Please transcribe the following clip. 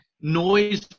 noise